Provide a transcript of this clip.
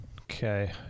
Okay